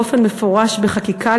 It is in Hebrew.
באופן מפורש בחקיקה,